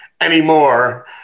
anymore